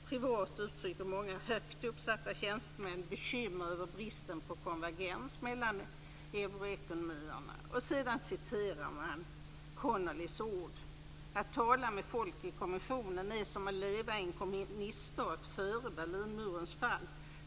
Privat uttrycker många högt uppsatta tjänstemän bekymmer över bristen på konvergens mellan euroekonomierna. Och sedan citerar man Brian Connolys ord: Att tala med folk i kommissionen är som att leva i en kommuniststat före Berlinmurens fall.